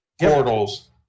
portals